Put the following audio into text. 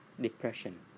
depression